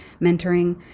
mentoring